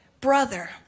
brother